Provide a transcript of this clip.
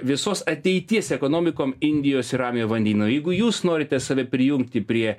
visos ateities ekonomikom indijos ir ramiojo vandenyno jeigu jūs norite save prijungti prie